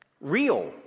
Real